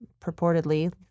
purportedly